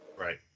Right